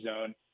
zone